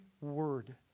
word